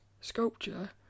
sculpture